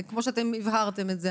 כפי שהבהרתם את זה,